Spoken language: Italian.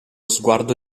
sguardo